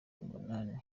umunani